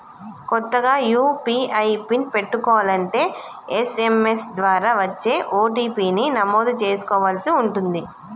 కొత్తగా UPI PIN పెట్టుకోలంటే SMS ద్వారా వచ్చే ఓ.టీ.పీ ని నమోదు చేసుకోవలసి ఉంటుంది